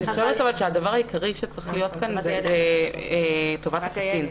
אני חושבת שהדבר העיקרי שצריך להיות כאן זה טובת הקטין.